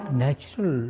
natural